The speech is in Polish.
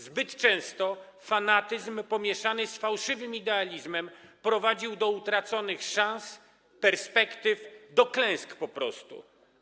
Zbyt często fanatyzm pomieszany z fałszywym idealizmem prowadził do utraconych szans, perspektyw, do klęsk po prostu.